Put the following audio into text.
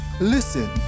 Listen